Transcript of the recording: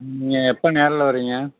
ம் நீங்கள் எப்போ நேர்ல வர்றீங்க